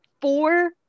four